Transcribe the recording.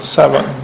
seven